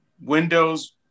Windows